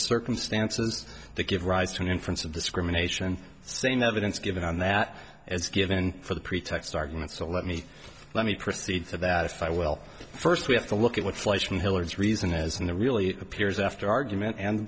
circumstances that give rise to an inference of discrimination same evidence given on that as given for the pretext argument so let me let me proceed to that if i will first we have to look at what flies from hillary's reason as in the really appears after argument and